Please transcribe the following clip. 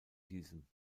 diesen